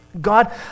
God